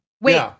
Wait